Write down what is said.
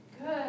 Good